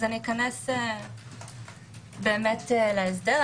אכנס להסדר.